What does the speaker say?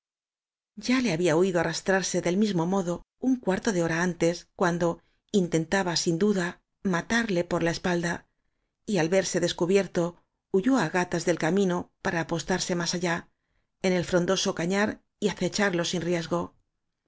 ya le había oído arrastrarse del mismo modo un cuarto de hora antes cuando intentaba sin du da matarle por la espalda y al verse descubier to huyó á gatas del camino para apostarse más allá en el frondoso cañar y acecharlo sin riesgo